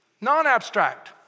non-abstract